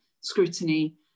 scrutiny